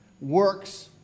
works